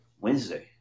Wednesday